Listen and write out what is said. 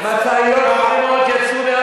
הוא אפילו לא מאמין לעצמו.